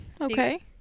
Okay